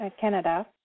Canada